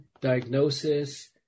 diagnosis